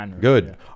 Good